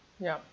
yup